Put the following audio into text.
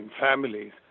families